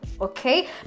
okay